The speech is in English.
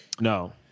No